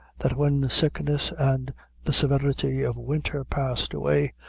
that when sickness and the severity of winter passed away,